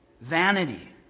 Vanity